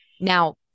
Now